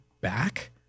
back